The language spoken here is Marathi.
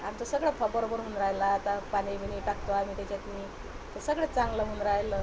आमचं सगळं बरोबर होऊन राहिलं आता पाणी बिणी टाकतो आम्ही त्याच्यातनी तर सगळं चांगलं होऊन राहिलं